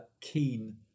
keen